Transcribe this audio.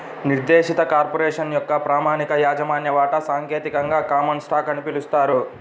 నిర్దేశిత కార్పొరేషన్ యొక్క ప్రామాణిక యాజమాన్య వాటా సాంకేతికంగా కామన్ స్టాక్ అని పిలుస్తారు